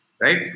Right